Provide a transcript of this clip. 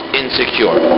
insecure